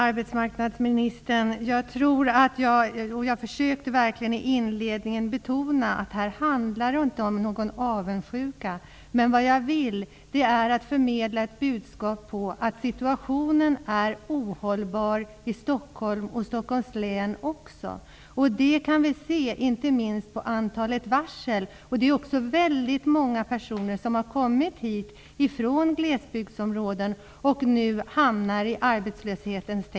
Herr talman! Jag försökte verkligen i inledningen betona att det inte handlar om någon avundsjuka, arbetsmarknadsministern. Det jag vill är att förmedla ett budskap om att situationen är ohållbar också i Stockholm och i Stockholms län. Det kan vi se inte minst av antalet varsel. Det är också många personer som kommit hit från glesbygdsområdena och nu hamnar i arbetslöshet.